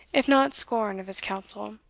if not scorn of his counsel,